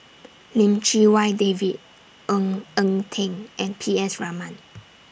Lim Chee Wai David Ng Eng Teng and P S Raman